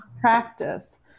practice